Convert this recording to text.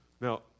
Now